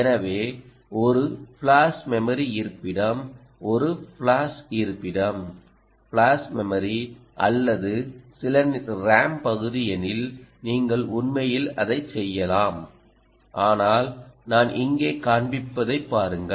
எனவே ஒரு flash memory இருப்பிடம் ஒரு ஃபிளாஷ் இருப்பிடம் ஃபிளாஷ் மெமரி அல்லது சில ரேம் பகுதி எனில் நீங்கள் உண்மையில் அதைச் செய்யலாம் ஆனால் நான் இங்கே காண்பிப்பதைப் பாருங்கள்